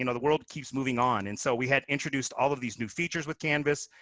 you know the world keeps moving on. and so we had introduced all of these new features with canvas.